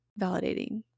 validating